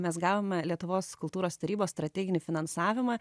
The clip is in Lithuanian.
mes gavome lietuvos kultūros tarybos strateginį finansavimą